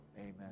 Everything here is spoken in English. Amen